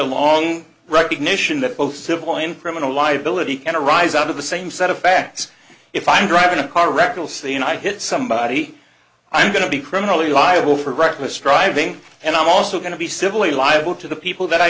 along recognition that both civil and criminal liability and arise out of the same set of facts if i'm driving a car wreck you'll say and i hit somebody i'm going to be criminally liable for reckless driving and i'm also going to be civilly liable to the people that i